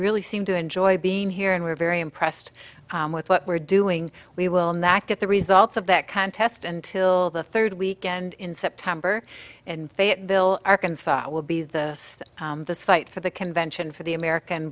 really seem to enjoy being here and we're very impressed with what we're doing we will not get the results of that contest until the third weekend in september in fayetteville arkansas will be the the site for the convention for the american